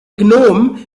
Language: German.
gnom